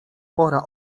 pora